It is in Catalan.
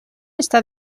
està